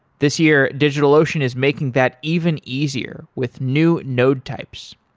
this year, digitalocean is making that even easier with new node types.